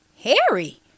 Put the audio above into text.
Harry